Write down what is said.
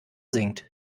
singt